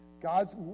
God's